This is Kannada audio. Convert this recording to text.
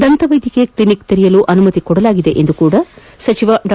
ದಂತ ವೈದ್ಯಕೀಯ ಕ್ಲಿನಿಕ್ಗಳನ್ನು ತೆರೆಯಲು ಅನುಮತಿ ನೀಡಲಾಗಿದೆ ಎಂದು ಡಾ